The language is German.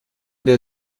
der